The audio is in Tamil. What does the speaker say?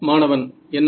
மாணவன் என்ன